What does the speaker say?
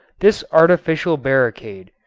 this artificial barricade,